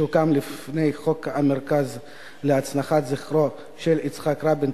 שהוקם לפי חוק המרכז להנצחת זכרו של יצחק רבין,